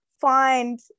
find